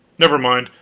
never mind,